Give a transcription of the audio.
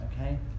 Okay